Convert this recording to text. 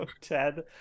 Ted